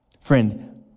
Friend